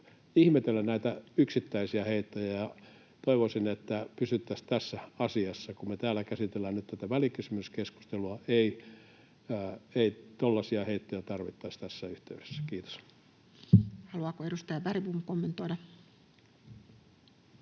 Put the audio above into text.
ihmetellä näitä yksittäisiä heittoja, ja toivoisin, että pysyttäisiin tässä asiassa. Kun me täällä käsitellään nyt tätä välikysymyskeskustelua, ei tuollaisia heittoja tarvittaisi tässä yhteydessä. — Kiitos. [Speech 343] Speaker: Toinen